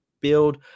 Build